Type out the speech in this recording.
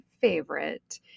favorite